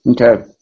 Okay